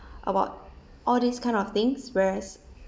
about all these kind of things whereas